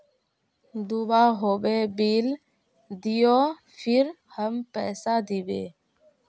दूबा होबे बिल दियो फिर हम पैसा देबे?